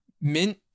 mint